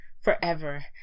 forever